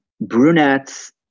brunettes